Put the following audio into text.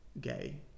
gay